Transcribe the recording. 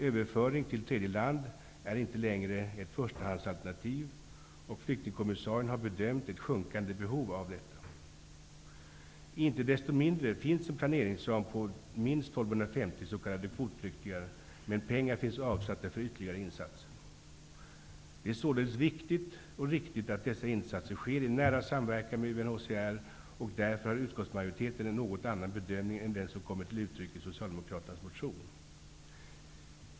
Överföring till tredje land är inte längre ett förstahandsalternativ, och flyktingkommissarien har bedömt ett sjunkande behov härav. Icke desto mindre finns en planeringsram på minst 1 250 s.k. kvotflyktingar, men pengar finns avsatta för ytterligare insatser. Det är således viktigt och riktigt att dessa insatser sker i nära samverkan med UNHCR. Därför har utskottsmajoriteten en något annan bedömning än den som kommer till uttryck i socialdemokraternas motion.